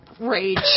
Rage